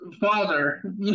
Father